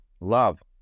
love